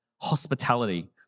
Hospitality